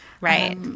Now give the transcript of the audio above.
right